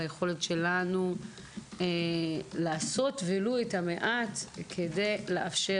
ביכולת שלנו לעשות ולו את המעט כדי לאפשר